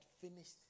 finished